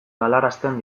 galarazten